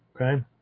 okay